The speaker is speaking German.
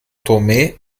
tomé